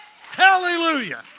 Hallelujah